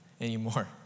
anymore